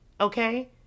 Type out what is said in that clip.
Okay